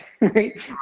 right